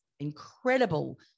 incredible